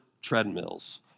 treadmills